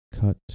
Cut